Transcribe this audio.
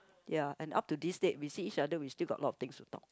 ya and up to this date we see each other we still got a lot of things to talk